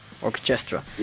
orchestra